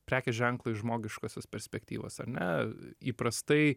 prekės ženklą iš žmogiškosios perspektyvos ar ne įprastai